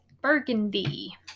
burgundy